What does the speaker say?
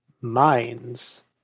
Mines